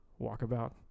Walkabout